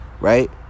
right